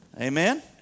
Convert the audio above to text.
amen